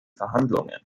verhandlungen